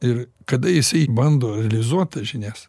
ir kada jisai bando realizuot tas žinias